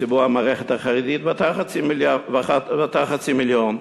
בציבור המערכת החרדית, ואתה חצי מיליון.